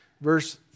verse